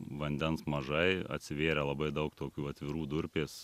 vandens mažai atsivėrė labai daug tokių atvirų durpės